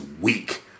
weak